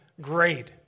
great